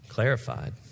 clarified